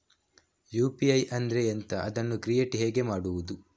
UPI ಅಂದ್ರೆ ಎಂಥ? ಅದನ್ನು ಕ್ರಿಯೇಟ್ ಹೇಗೆ ಮಾಡುವುದು?